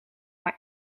maar